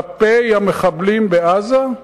כלפי המחבלים בעזה,